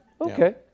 Okay